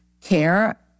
care